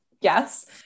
yes